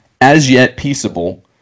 as-yet-peaceable